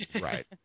Right